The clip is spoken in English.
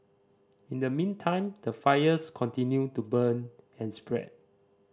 in the meantime the fires continue to burn and spread